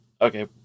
okay